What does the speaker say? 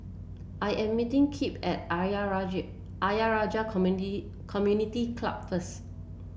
I am meeting Kip at Ayer Rajah Ayer Rajah Community Club first